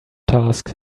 task